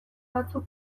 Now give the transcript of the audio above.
batzuk